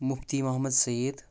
Mufti Mohammad Saeed